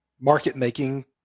market-making